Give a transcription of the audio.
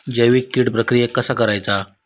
जैविक कीड प्रक्रियेक कसा करायचा?